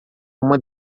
uma